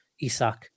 Isak